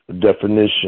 definition